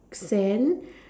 fan